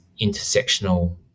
intersectional